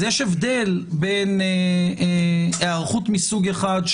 יש הבדל בין היערכות מסוג אחד,